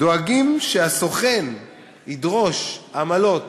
דואגים שהסוכן ידרוש עמלות